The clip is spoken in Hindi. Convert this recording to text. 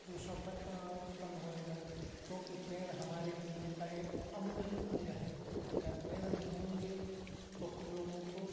प्रदूषण उत्पन्न होएगा क्योंकि पेड़ हमारे जीवन का एक अमूल्य अंग हैं अगर पेड़ नहीं होएंगे तो हम लोगों को